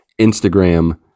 Instagram